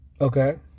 Okay